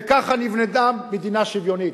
וככה נבנתה מדינה שוויונית.